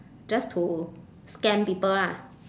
just to scam people lah